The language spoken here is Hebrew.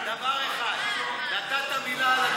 עיסאווי, תעשה לנו טובה,